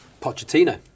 Pochettino